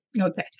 okay